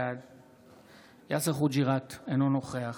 בעד יאסר חוג'יראת, אינו נוכח